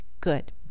good